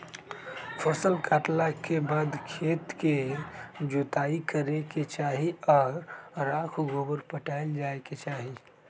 फसल काटला के बाद खेत के जोताइ करे के चाही आऽ राख गोबर पटायल जाय के चाही